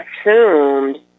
assumed